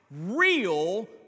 real